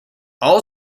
all